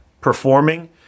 performing